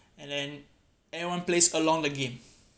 and then everyone plays along the game